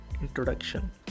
introduction